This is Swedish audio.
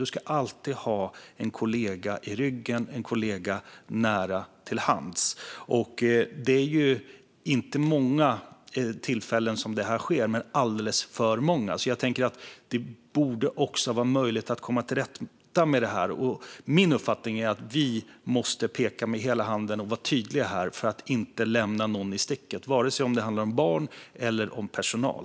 De ska alltid ha en kollega i ryggen, nära till hands. Det är inte vid många tillfällen som ensamarbete sker. Men det är alldeles för många. Det borde vara möjligt att komma till rätta med det. Min uppfattning är att vi måste peka med hela handen och vara tydliga för att inte lämna någon i sticket oavsett om det handlar om barn eller om personal.